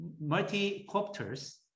multi-copters